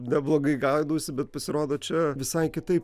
neblogai gaudausi bet pasirodo čia visai kitaip